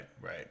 right